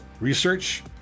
Research